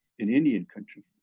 in indian country.